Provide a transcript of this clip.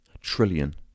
trillion